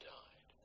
died